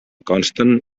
consten